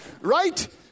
right